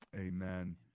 amen